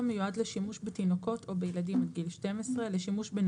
מיועד לשימוש בתינוקות או בילדים עד גיל 12,